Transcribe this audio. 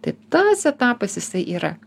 tai tas etapas jisai yra